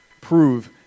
prove